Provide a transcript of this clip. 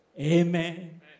Amen